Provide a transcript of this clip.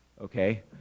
Okay